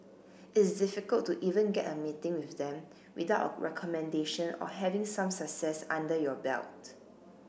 it's difficult to even get a meeting with them without a recommendation or having some success under your belt